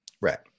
Right